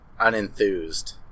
unenthused